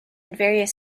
various